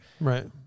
right